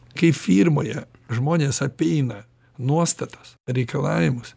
kai firmoje žmonės apeina nuostatas reikalavimus